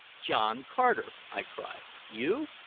john carter! i cried. you?